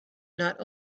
not